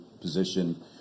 position